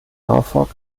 norfolk